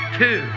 two